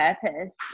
purpose